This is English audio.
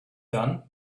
done